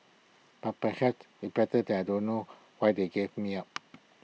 but perhaps it's better that I don't know why they gave me up